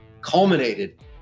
culminated